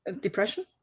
depression